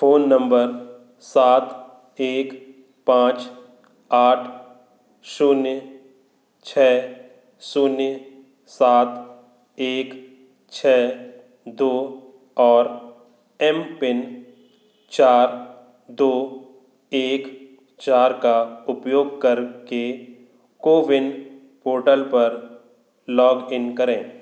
phone number सात एक पाँच आठ शून्य छः शून्य सात एक छः दो और एम पिन चार दो एक चार का उपयोग करके कोविन पोर्टल पर लॉग इन करें